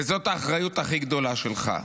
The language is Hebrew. וזאת האחריות הכי גדולה שלך.